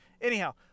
Anyhow